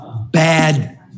bad